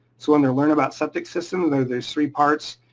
so under learn about septic systems, there's three parts,